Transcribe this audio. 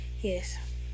Yes